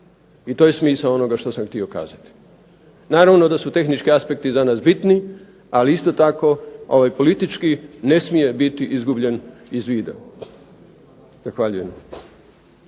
I to je smisao onoga što sam htio kazati. Naravno da su tehnički aspekti danas bitni. Ali isto tako ovaj politički ne smije biti izgubljen iz vida. Zahvaljujem.